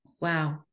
Wow